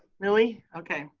really, okay.